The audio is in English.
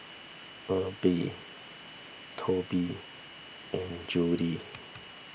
Erby Tobie and Judyth